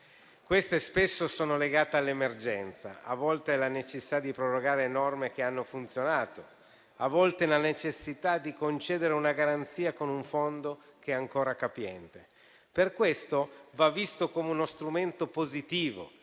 Queste spesso sono legate all'emergenza, a volte alla necessità di prorogare norme che hanno funzionato, altre volte alla necessità di concedere una garanzia con un fondo che è ancora capiente. Per questo la proroga in esame va vista come uno strumento positivo